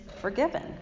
forgiven